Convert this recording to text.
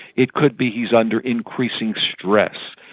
it could be he's under increasing stress,